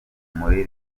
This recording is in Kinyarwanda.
muri